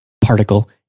particle